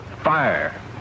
Fire